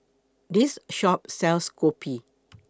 This Shop sells Kopi